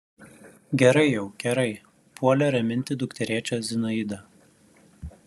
gerai jau gerai puolė raminti dukterėčią zinaida